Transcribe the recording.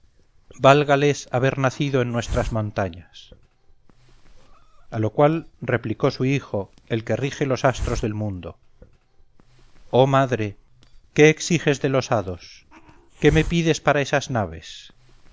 vendaval válgales haber nacido en nuestras montañas a lo cual replicó su hijo el que rige los astros del mundo oh madre qué exiges de los hados qué me pides para esas naves